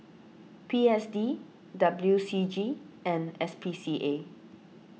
P S D W C G and S P C A